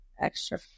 extra